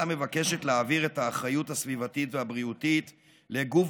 מבקשת להעביר את האחריות הסביבתית והבריאותית לגוף